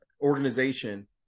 organization